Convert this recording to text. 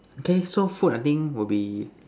okay so food I think will be